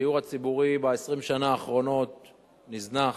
הדיור הציבורי ב-20 השנים האחרונות נזנח,